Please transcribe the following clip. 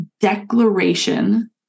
declaration